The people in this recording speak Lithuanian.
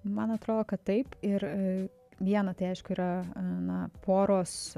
man atrodo kad taip ir viena tai aišku yra na poros